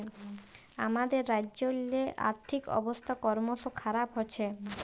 আমাদের রাজ্যেল্লে আথ্থিক ব্যবস্থা করমশ খারাপ হছে